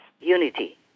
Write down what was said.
unity